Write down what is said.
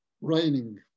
raining